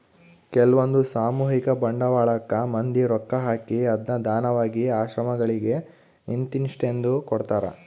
ಕೆಲ್ವಂದು ಸಾಮೂಹಿಕ ಬಂಡವಾಳಕ್ಕ ಮಂದಿ ರೊಕ್ಕ ಹಾಕಿ ಅದ್ನ ದಾನವಾಗಿ ಆಶ್ರಮಗಳಿಗೆ ಇಂತಿಸ್ಟೆಂದು ಕೊಡ್ತರಾ